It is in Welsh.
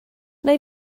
nai